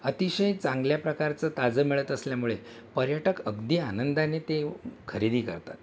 अतिशय चांगल्या प्रकारचं ताजं मिळत असल्यामुळे पर्यटक अगदी आनंदाने ते खरेदी करतात